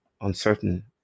uncertain